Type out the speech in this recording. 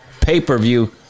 pay-per-view